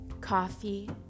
coffee